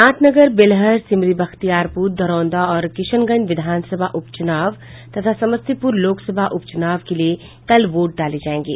नाथनगर बेलहर सिमरी बख्तियारपुर दरौंदा और किशनगंज विधानसभा उपचुनाव तथा समस्तीपुर लोकसभा उपचुनाव के लिए कल वोट डाले जायेंगे